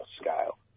scale